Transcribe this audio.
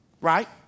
right